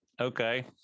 okay